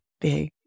big